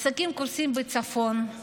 עסקים קורסים בצפון,